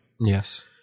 Yes